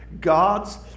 God's